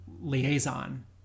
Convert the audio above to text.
liaison